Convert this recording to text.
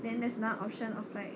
then there's another option of like